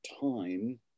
time